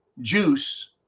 juice